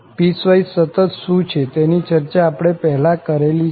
piecewise સતત શું છે તેની ચર્ચા આપણે પહેલા કરેલી જ છે